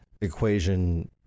equation